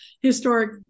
historic